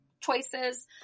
choices